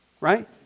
Right